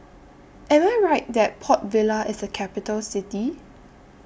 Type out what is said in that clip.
Am I Right that Port Vila IS A Capital City